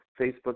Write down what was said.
Facebook